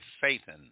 Satan